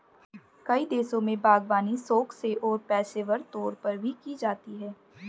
कई देशों में बागवानी शौक से और पेशेवर तौर पर भी की जाती है